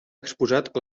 exposat